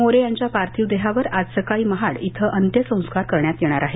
मोरे यांच्या पार्थिव देहावर आज सकाळी महाड इथं अत्यसस्कार करण्यात येणार आहेत